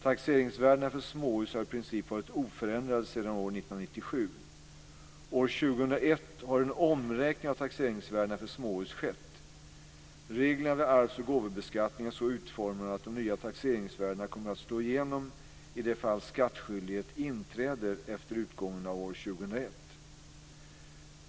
Taxeringsvärdena för småhus har i princip varit oförändrade sedan år 1997. År 2001 har en omräkning av taxeringsvärdena för småhus skett. Reglerna vid arvs och gåvobeskattningen är så utformade att de nya taxeringsvärdena kommer att slå igenom i de fall skattskyldighet inträder efter utgången av år 2001.